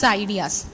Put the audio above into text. ideas